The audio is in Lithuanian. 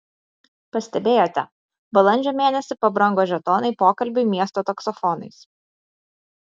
pastebėjote balandžio mėnesį pabrango žetonai pokalbiui miesto taksofonais